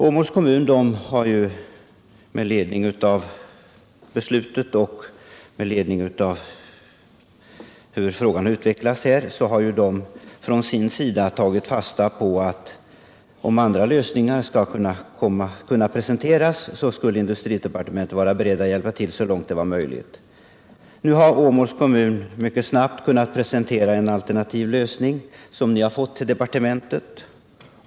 Åmåls kommun har med ledning av beslutet tagit fasta på att industridepartementet, om andra lösningar skulle kunna presenteras, skulle vara berett att hjälpa till så långt det är möjligt. Å måls kommun har mycket snabbt kunnat presentera en alternativ lösning, som ni har fått till departementet.